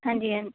ਹਾਂਜੀ ਹਾਂ